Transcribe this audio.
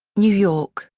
new york,